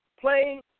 playing